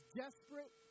desperate